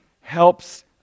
helps